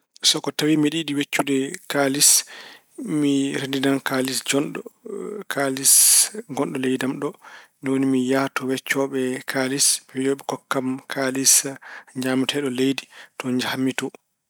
So ko tawi mbeɗa yiɗi weccude kaalis mi renndinan kaalis jonɗo, kaalis gonɗo leydi am ɗo, ni woni mi to weccooɓe kaalis, wiya yo ɓe kokka kam kaalis ñaameteeɗo leydi to njahan mi to.